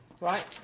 Right